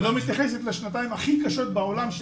והיא לא מתייחסת לשנתיים הכי קשות שהיו בעולם,